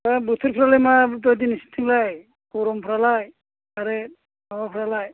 दा बोथोरफोरालाय माबायदि नोंसोरनिथिं गरमफोरालाय आरो माबाफोरा